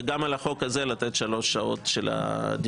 וגם על החוק הזה לתת שלוש שעות של דיון.